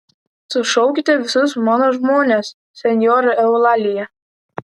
sušaukite visus mano žmones senjora eulalija